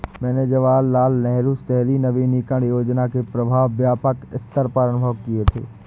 मैंने जवाहरलाल नेहरू शहरी नवीनकरण योजना के प्रभाव व्यापक सत्तर पर अनुभव किये थे